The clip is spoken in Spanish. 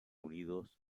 unidos